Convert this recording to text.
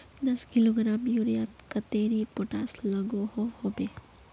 दस किलोग्राम यूरियात कतेरी पोटास लागोहो होबे?